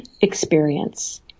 experience